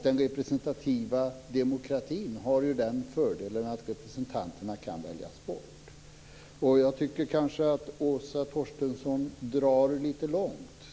Den representativa demokratin har fördelen att representanterna kan väljas bort. Åsa Torstensson drar kanske lite långt.